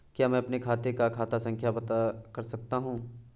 क्या मैं अपने खाते का खाता संख्या पता कर सकता हूँ?